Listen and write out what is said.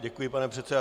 Děkuji, pane předsedo.